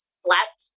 slept